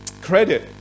credit